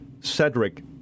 Cedric